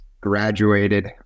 graduated